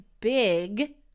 big